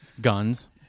Guns